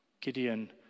Gideon